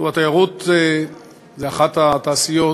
התיירות היא אחת התעשיות